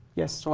yes. so